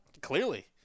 Clearly